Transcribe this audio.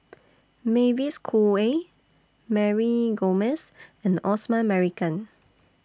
Mavis Khoo Oei Mary Gomes and Osman Merican